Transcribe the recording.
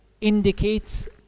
indicates